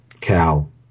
Cal